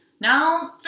Now